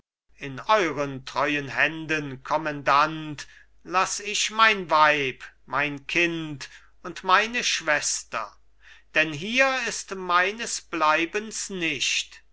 in euren treuen händen kommendant laß ich mein weib mein kind und meine schwester denn hier ist meines bleibens nicht